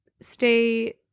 stay